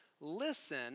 Listen